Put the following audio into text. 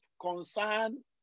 concern